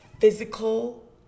physical